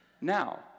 Now